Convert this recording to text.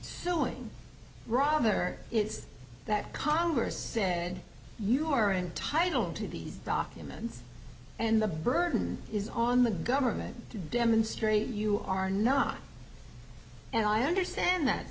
suing rather it's that congress said you are entitled to these documents and the burden is on the government to demonstrate you are not and i understand that